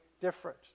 different